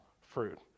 fruit